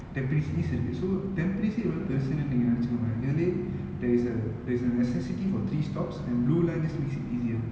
tampines east இருக்கு:iruku so tampines eh எவளோ பெருசுனு நீங்க நெனச்சிக்க:evalo perusunu neenga nenachika maat~ இதுலயே:ithulaye there is a there is a necessity for three stops and blue line just makes it easier